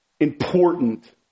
important